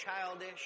childish